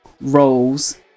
roles